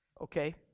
okay